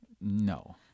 No